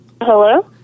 hello